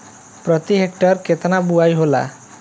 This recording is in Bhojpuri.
प्रति हेक्टेयर केतना बुआई होला?